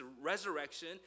resurrection